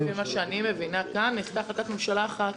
לפי מה שאני מבינה נעשתה החלטת ממשלה אחת